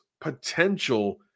potential